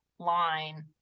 line